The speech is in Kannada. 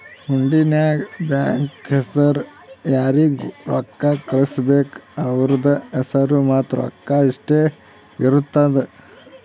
ಹುಂಡಿ ನಾಗ್ ಬ್ಯಾಂಕ್ ಹೆಸುರ್ ಯಾರಿಗ್ ರೊಕ್ಕಾ ಕಳ್ಸುಬೇಕ್ ಅವ್ರದ್ ಹೆಸುರ್ ಮತ್ತ ರೊಕ್ಕಾ ಇಷ್ಟೇ ಇರ್ತುದ್